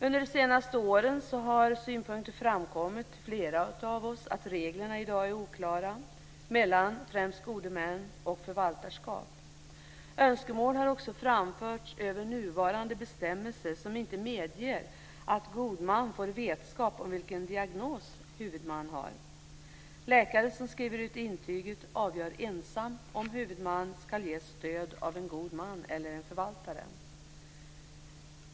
Under de senaste åren har synpunkter framkommit till flera av oss om att reglerna i dag är oklara framför allt när det gäller gode män och förvaltarskap. Synpunkter har också framförts på nuvarande bestämmelser som inte medger att en god man får vetskap om vilken diagnos huvudmannen har. Läkare som skriver ut intyget avgör ensam om huvudmannen ska ges stöd av en god man eller en förvaltare.